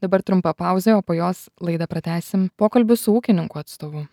dabar trumpa pauzė o po jos laidą pratęsim pokalbiu su ūkininkų atstovu